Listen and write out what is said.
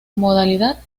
modalidad